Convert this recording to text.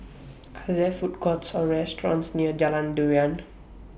Are There Food Courts Or restaurants near Jalan Durian